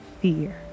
fear